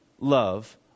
love